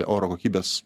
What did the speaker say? oro kokybės